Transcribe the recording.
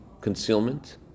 concealment